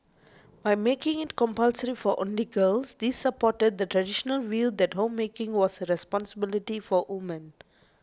by making it compulsory for only girls this supported the traditional view that homemaking was a responsibility for women